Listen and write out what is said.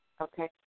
Okay